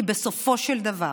כי בסופו של דבר